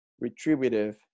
retributive